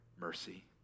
mercy